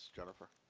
jennifer?